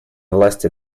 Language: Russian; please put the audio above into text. власти